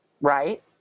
right